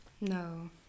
no